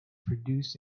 produced